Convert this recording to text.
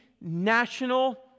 national